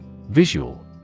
Visual